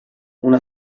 una